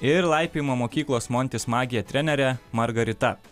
ir laipiojimo mokyklos montis magija trenerė margarita